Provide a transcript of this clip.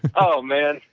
oh, man.